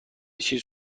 چیز